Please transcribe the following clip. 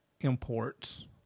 imports